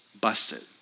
Busted